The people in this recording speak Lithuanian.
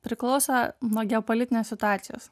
priklauso nuo geopolitinės situacijos